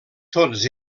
tots